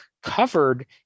covered